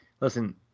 Listen